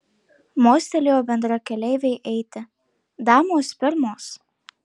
mostelėjo bendrakeleivei eiti damos pirmos